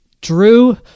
Drew